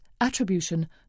attribution